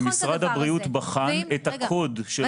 ומשרד הבריאות בחן את הקוד של האפליקציה.